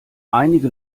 einige